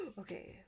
Okay